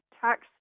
tax